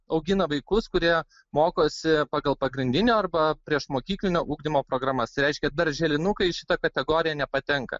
augina vaikus kurie mokosi pagal pagrindinio arba priešmokyklinio ugdymo programas tai reiškia darželinukai į šitą kategoriją nepatenka